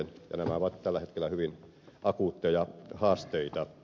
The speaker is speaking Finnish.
nämä ovat tällä hetkellä hyvin akuutteja haasteita